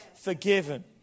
forgiven